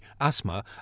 asthma